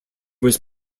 was